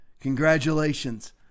Congratulations